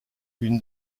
une